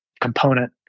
component